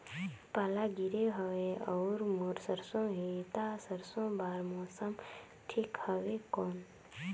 पाला गिरे हवय अउर मोर सरसो हे ता सरसो बार मौसम ठीक हवे कौन?